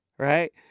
Right